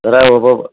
ಸರ ಒಬೊಬ್ಬ